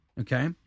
Okay